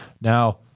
Now